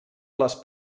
les